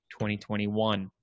2021